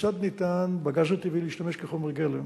כיצד ניתן בגז הטבעי להשתמש כחומר גלם